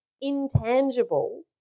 intangible